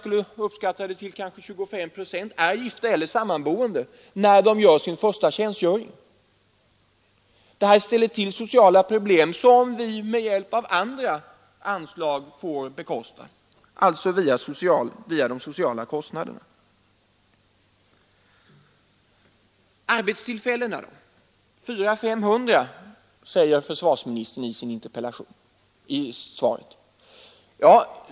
Många av de värnpliktiga är gifta eller sammanboende när de gör sin första tjänstgöring. En sådan utflyttning som nu skall ske ställer alltså till sociala problem, som vi med hjälp av andra anslag får klara av — alltså via de sociala kostnaderna. Försvarsministern säger i sitt svar att flyttningen skall ge ett tillskott av arbetstillfällen på mellan 400 och 500.